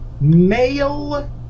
male